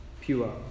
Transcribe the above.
pure